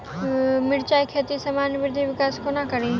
मिर्चा खेती केँ सामान्य वृद्धि विकास कोना करि?